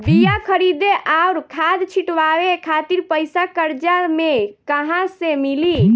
बीया खरीदे आउर खाद छिटवावे खातिर पईसा कर्जा मे कहाँसे मिली?